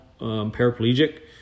paraplegic